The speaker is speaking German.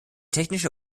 technische